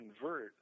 convert